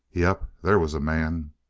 yep. there was a man!